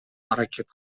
аракет